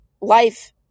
life